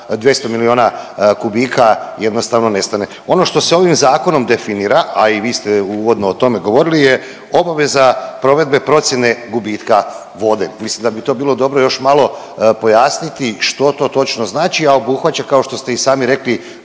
200 milijuna kubika jednostavno nestane. Ono što se ovim zakonom definira, a i vi ste uvodno o tome govorili je obaveza provedbe procjene gubitka vode, mislim da bi to bilo dobro još malo pojasniti što to točno znači, a obuhvaća kao što ste i sami rekli